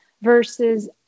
versus